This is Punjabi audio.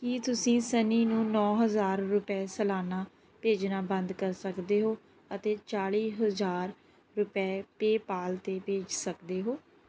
ਕੀ ਤੁਸੀਂ ਸਨੀ ਨੂੰ ਨੌ ਹਜ਼ਾਰ ਰੁਪਏ ਸਾਲਾਨਾ ਭੇਜਣਾ ਬੰਦ ਕਰ ਸਕਦੇ ਹੋ ਅਤੇ ਚਾਲੀ ਹਜ਼ਾਰ ਰੁਪਏ ਪੇਪਾਲ 'ਤੇ ਭੇਜ ਸਕਦੇ ਹੋ